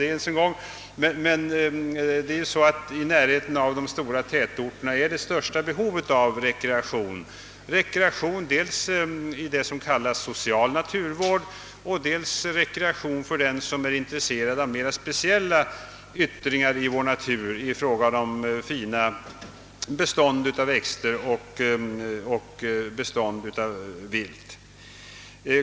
Rekreationsbehovet är störst i närheten av tätorterna där omgivningarna också är bebodda — dels rekreation i det som omfattas av s.k. social naturvård och dels rekreation för den som är intresserad av speciella företeelser i vår natur, t.ex. fina bestånd av växter och djur.